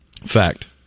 Fact